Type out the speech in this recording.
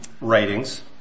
writings